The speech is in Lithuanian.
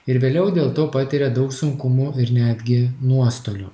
ir vėliau dėl to patiria daug sunkumų ir netgi nuostolių